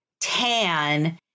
tan